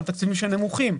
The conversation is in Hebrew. התקציבים שלהם נמוכים,